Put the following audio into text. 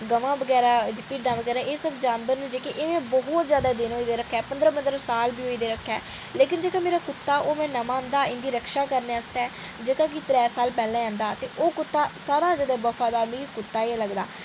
गवां बगैरां एह् जानवर न जि'नें गी बहुत जैदा समय होई गेआ रक्खे दे लेकिन जेह्का मेरा कुत्ता ऐ ओह् में नमां आंह्दा हा इंदी रक्षा करने आस्तै जेह्का कि त्रै साल पैह्लै आंह्दा हा ओह् सारें शा जैदै वफादार मिगी कुत्ता गै लगदा